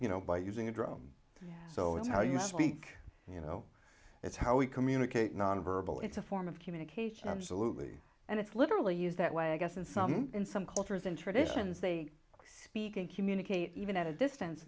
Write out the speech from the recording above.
you know by using a drone so it's how you speak you know it's how we communicate non verbal it's a form of communication absolutely and it's literally used that way i guess in some in some cultures and traditions they speak and communicate even at a distance